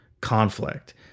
conflict